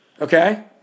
Okay